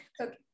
Okay